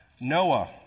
Noah